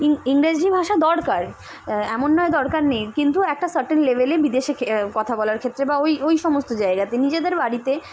ই ইংরেজি ভাষা দরকার এমন নয় দরকার নেই কিন্তু একটা সারটেন লেভেলে বিদেশে কথা বলার ক্ষেত্রে বা ওই ওই সমস্ত জায়গাতে নিজেদের বাড়িতে